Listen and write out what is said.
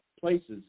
places